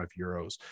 euros